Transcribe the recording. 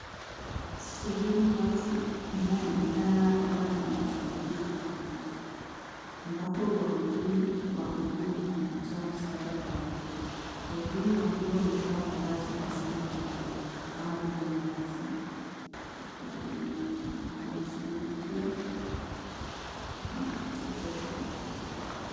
Sehemu wazi inayoonekana kuwa mazingira ya kijiji. Ambapo wahudumu wa huduma wanatoa msaada kwa wateja. Wahudumu wakiwa wamevaa mavazi rasmi ya huduma, kama vile mavazi ya Huduma Kenya. Wanashughulikia wateja.